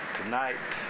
tonight